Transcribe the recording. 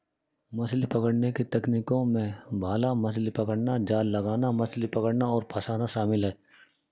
मछली पकड़ने की तकनीकों में भाला मछली पकड़ना, जाल लगाना, मछली पकड़ना और फँसाना शामिल है